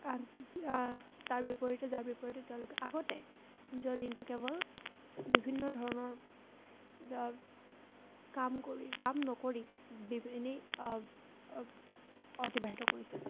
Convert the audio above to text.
তাৰ বিপৰীতে যাৰ বিপৰীতে তেওঁলোকে আগতে নিজৰ দিনটো কেৱল বিভিন্ন ধৰণৰ কাম কৰি কাম নকৰি বি এনেই অতিবাহিত কৰিছিল